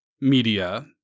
media